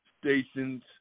stations